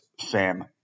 Sam